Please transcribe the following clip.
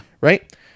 right